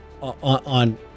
on